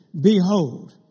Behold